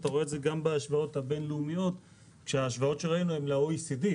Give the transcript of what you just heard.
אתה רואה את זה גם בהשוואות הבין לאומיות כשההשוואות שראינו זה ל-OECD,